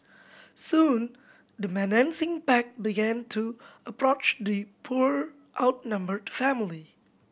soon the menacing pack began to approach the poor outnumbered family